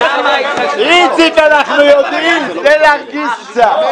איציק, אנחנו יודעים, תן להרגיז קצת.